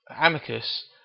Amicus